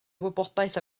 wybodaeth